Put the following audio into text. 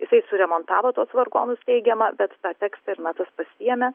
jisai suremontavo tuos vargonus teigiama bet tą tekstą ir natas pasiėmė